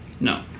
No